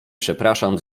przepraszam